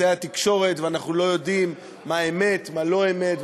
הרוב זה מאמצעי התקשורת ואנחנו לא יודעים מה אמת ומה לא אמת.